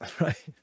right